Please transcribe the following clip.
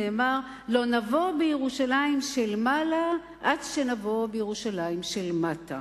נאמר: "לא נבוא בירושלים של מעלה עד שנבוא בירושלים של מטה"